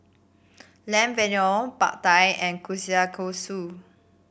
Lamb Vindaloo Pad Thai and Kushikatsu